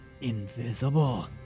invisible